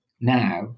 now